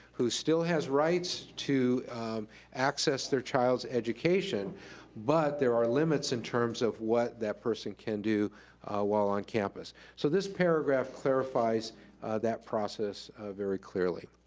who still has rights to access their child's education but there are limits in terms of what that person can do while on campus. so this paragraph clarifies that process very clearly,